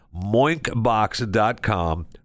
Moinkbox.com